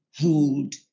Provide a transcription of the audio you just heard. hold